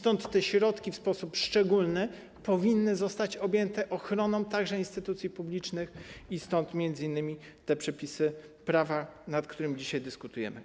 Te środki w sposób szczególny powinny zostać objęte ochroną także instytucji publicznych i stąd m.in. te przepisy prawa, nad którymi dzisiaj dyskutujemy.